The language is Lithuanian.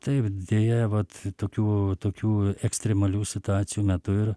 taip deja vat tokių tokių ekstremalių situacijų metu ir